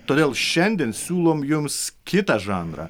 todėl šiandien siūlom jums kitą žanrą